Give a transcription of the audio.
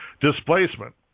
Displacement